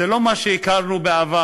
זה לא מה שהכרנו בעבר.